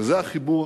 וזה החיבור